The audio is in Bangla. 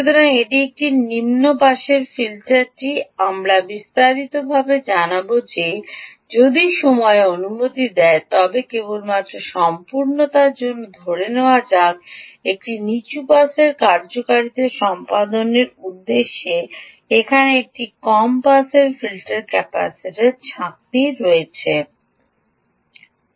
সুতরাং এটি একটি নিম্ন পাসের ফিল্টারটি আমরা বিস্তারিতভাবে জানাব যে যদি সময় অনুমতি দেয় তবে কেবলমাত্র সম্পূর্ণতার জন্য ধরে নেওয়া যায় যে এটি নিচু পাসের কার্যকারিতা সম্পাদনের উদ্দেশ্যে সেখানে একটি কম পাস ফিল্টার ক্যাপাসিটর রয়েছে ছাঁকনি